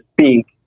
speak